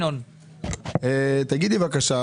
לאחרונה